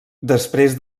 després